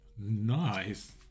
Nice